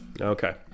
Okay